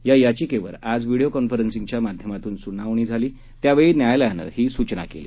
या याचिकेवर आज व्हिडिओ कॉन्फरन्सिंगच्या माध्यमातून सुनावणी झाली त्यावेळी न्यायालयानं ही सूचना केली